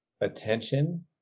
attention